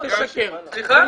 סליחה?